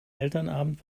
elternabend